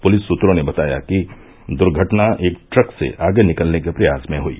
police सूत्रों ने बताया कि दुर्घटना एक ट्रक से आगे निकलने के प्रयास में हयी